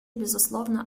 безусловно